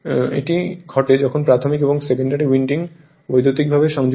এটি ঘটে যখন প্রাথমিক এবং সেকেন্ডারি উইন্ডিং বৈদ্যুতিকভাবে সংযুক্ত হয়